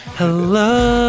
hello